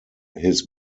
his